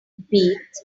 beats